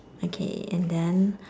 okay and then